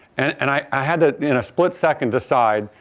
and i had to split-second decide,